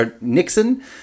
Nixon